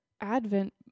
advent